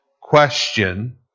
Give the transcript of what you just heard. question